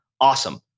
Awesome